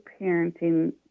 parenting